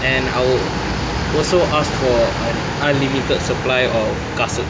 and I will also ask for an unlimited supply of kasut